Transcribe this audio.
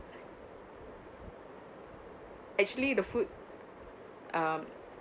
actually the food um